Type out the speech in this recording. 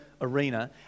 arena